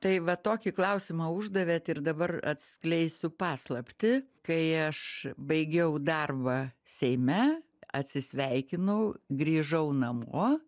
tai va tokį klausimą uždavėt ir dabar atskleisiu paslaptį kai aš baigiau darbą seime atsisveikinau grįžau namo